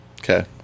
Okay